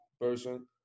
person